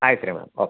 ಆಯ್ತು ರೀ madam okay